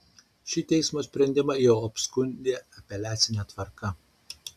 šį teismo sprendimą jau apskundė apeliacine tvarka